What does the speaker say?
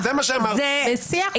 החוצפה.